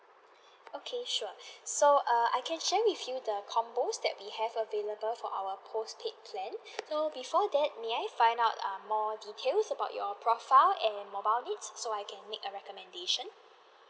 okay sure so err I can share with you the combos that we have available for our postpaid plan so before that may I find out err more details about your profile and mobile needs so I can made a recommendation